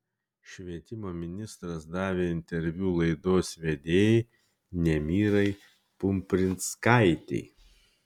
švietimo ministras davė interviu laidos vedėjai nemirai pumprickaitei